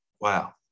Wow